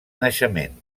naixement